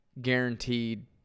guaranteed